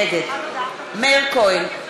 נגד מאיר כהן,